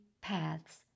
paths